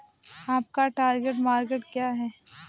आपका target market क्या है?